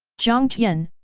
jiang tian,